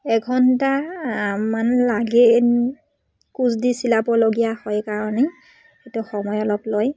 এঘণ্টা মান লাগে কোচ দি চিলাবলগীয়া হয় কাৰণেইটো সময় অলপ লয়